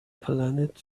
planet